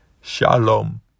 Shalom